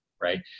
right